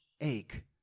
ache